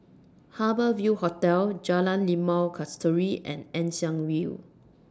Harbour Ville Hotel Jalan Limau Kasturi and Ann Siang Hill